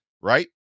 right